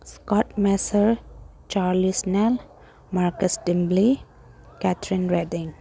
ꯏꯁꯀꯣꯠ ꯃꯦꯁꯔ Charles Nell Marcus Dimbleby Kathryn reading